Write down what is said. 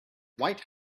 white